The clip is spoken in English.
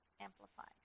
Amplified